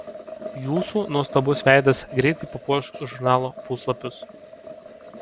jūsų nuostabus veidas greitai papuoš žurnalo puslapius